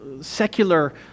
secular